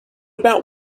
about